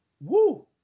woo